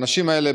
האנשים האלה,